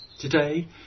today